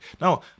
Now